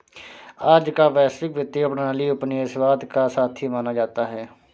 आज का वैश्विक वित्तीय प्रणाली उपनिवेशवाद का साथी माना जाता है